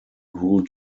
grew